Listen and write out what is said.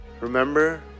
Remember